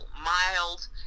mild